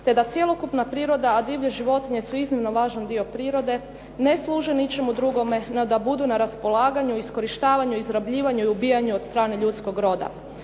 te da cjelokupna priroda a divlje životinje su iznimno važan dio prirode ne služe ničemu drugome no da budu na raspolaganju, iskorištavanju, izrabljivanju i ubijanju od strane ljudskog roda.